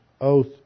oath